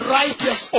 righteous